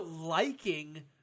liking